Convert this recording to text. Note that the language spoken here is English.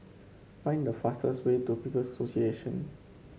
find the fastest way to People's Association